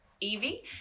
evie